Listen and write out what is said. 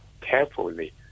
carefully